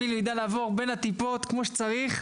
הוא יידע לעבור בין הטיפות כמו שצריך.